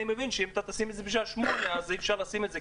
אני מבין שאם תשים את זה בשעה 20:00 אז אי-אפשר לשים את זה,